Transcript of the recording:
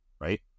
right